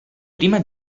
prima